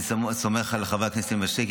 אני סומך על חבר הכנסת מישרקי,